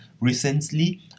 recently